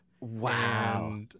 wow